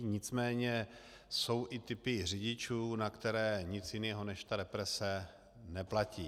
Nicméně jsou i typy řidičů, na které nic jiného než represe neplatí.